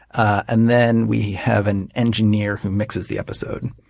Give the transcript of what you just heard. and then we have an engineer who mixes the episode,